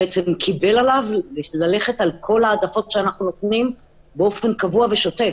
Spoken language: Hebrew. הוא קיבל עליו ללכת על כל ההעדפות שאנחנו נותנים באופן קבוע ושוטף.